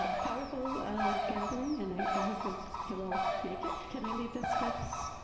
ah powerful gathering, and i hope you'll you'll all make it. can i leave this with